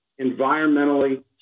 environmentally